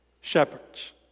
shepherds